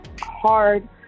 hard